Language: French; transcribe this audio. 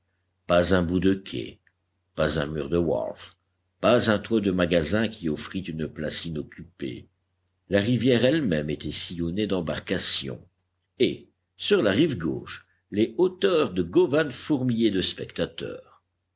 pas un bout de quai pas un mur de wharf pas un toit de magasin qui offrît une place inoccupée la rivière elle-même était sillonnée d'embarcations et sur la rive gauche les hauteurs de govan fourmillaient de spectateurs